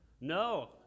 No